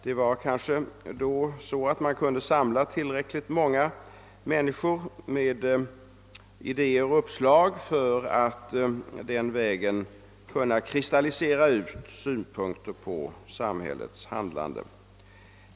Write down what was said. Det var då kanske så, att man kunde samla tillräckligt många människor med goda idéer för att den vägen kunna kristallisera ut uppslag och synpunkter på samhällets handlande.